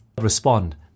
respond